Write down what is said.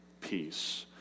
peace